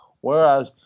whereas